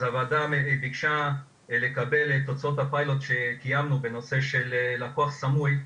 אז הוועדה ביקשה לקבל את תוצאות הפיילוט שקיימנו בנושא של לקוח סמוי,